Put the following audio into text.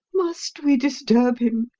must we disturb him?